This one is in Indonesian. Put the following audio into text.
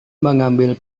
mengambil